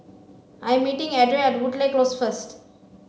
I am meeting Adriel at Woodleigh Close first